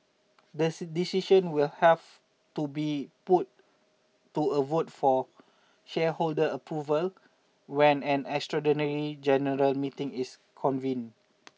the decision will have to be put to a vote for shareholder approval when an extraordinary general meeting is convened